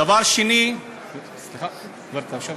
דבר שני, סליחה, גברתי היושבת-ראש,